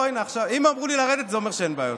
אם אמרו לי לרדת זה אומר שאין בעיות,